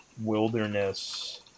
wilderness